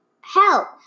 help